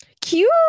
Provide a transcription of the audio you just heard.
cute